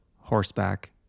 horseback